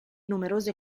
numerose